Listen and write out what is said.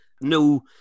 no